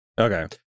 okay